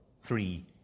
three